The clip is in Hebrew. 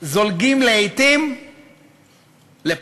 זולגים לעתים לפטרונות,